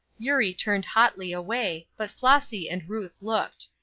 eurie turned hotly away, but flossy and ruth looked.